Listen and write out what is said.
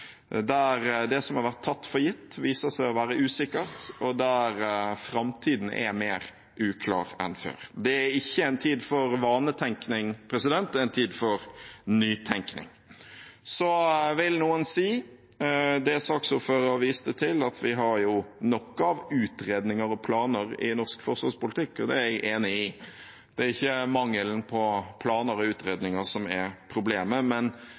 der det som har vært tatt for gitt, viser seg å være usikkert, og der framtiden er mer uklar enn før. Det er ikke en tid for vanetenkning, det er en tid for nytenkning. Så vil noen si det som saksordføreren viste til, at vi har nok av utredninger og planer i norsk forsvarspolitikk. Det er jeg enig i – det er ikke mangelen på planer og utredninger som er problemet.